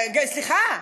סליחה,